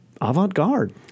avant-garde